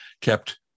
kept